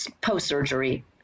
post-surgery